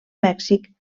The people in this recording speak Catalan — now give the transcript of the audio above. mèxic